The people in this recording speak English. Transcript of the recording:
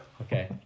Okay